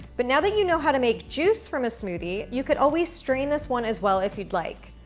but now that you know how to make juice from a smoothie, you could always strain this one as well if you'd like.